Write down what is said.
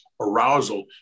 arousal